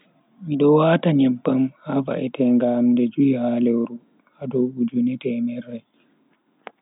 Mido wata nyebbam ha va'etenga am nde jui ha lewru, ha dow ujune temerre.